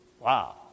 Wow